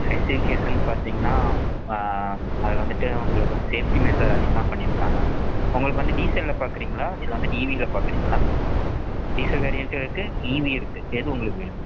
specification பார்த்திங்கன்னா அது வந்துட்டு உங்களுக்கு வந்து சேஃப்ட்டி மெஷர் அதிகமாக பண்ணியிருக்காங்க உங்களுக்கு வந்து டீசலில் பார்க்குறீங்களா இல்லை வந்துட்டு ஈவியில் பார்க்குறீங்களா டீசல் வேரியண்ட்டும் இருக்குது ஈவியும் இருக்குது எது உங்களுக்கு வேணும்